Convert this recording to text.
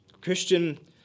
Christian